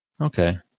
Okay